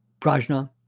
Prajna